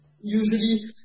usually